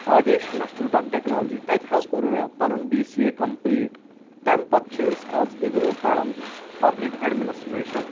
Adesh institute of technology تَتہِ حظ کوٚر مےٚ پنُن بی سی اے کمپلیٖٹ تَمہِ پَتہٕ چھِ أسۍ آز اِگنو پران پبلِک ایڈمنسٹریشن